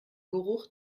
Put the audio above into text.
geruch